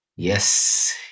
Yes